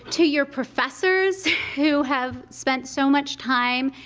to your professors who have spent so much time,